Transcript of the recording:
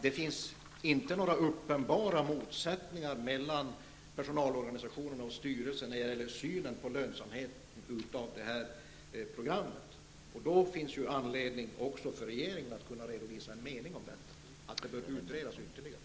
Det finns inte några uppenbara motsättningar mellan personalorganisationen och styrelsen när det gäller synen på lönsamheten i programmet. Då finns anledning också för regeringen att redovisa en mening om det, att det bör utredas ytterligare.